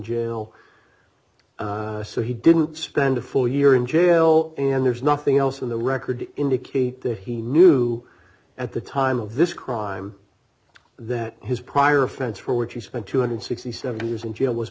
jail so he didn't spend a full year in jail and there's nothing else in the record indicate that he knew at the time of this crime that his prior offense for which he spent two hundred and sixty seven years in jail was